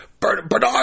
Bernard